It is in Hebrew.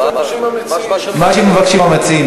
מה שמבקשים המציעים.